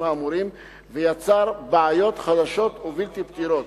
האמורים ויצר בעיות חדשות ובלתי פתירות.